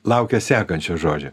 laukia sekančio žodžio